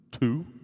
two